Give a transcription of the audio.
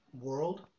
world